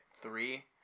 three